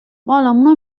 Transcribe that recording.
بالامونو